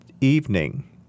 evening—